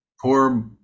poor